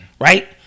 right